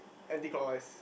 anti clockwise